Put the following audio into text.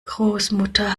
großmutter